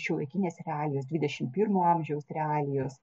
šiuolaikinės realijos dvidešimt pirmo amžiaus realijos